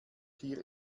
hier